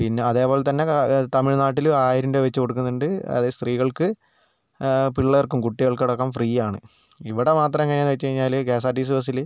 പിന്നെ അതുപോലെതന്നെ തമിഴ് നാട്ടിലും ആയിരം രൂപ വച്ച് കൊടുക്കുന്നുണ്ട് അത് സ്ത്രീകൾക്ക് പിള്ളേർക്കും കുട്ടികൾക്കും അടക്കം ഫ്രീയാണ് ഇവിടെ മാത്രം എങ്ങനെയാണെന്ന് വച്ചു കഴിഞ്ഞാൽ K S R T C ബസ്സിൽ